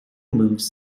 moves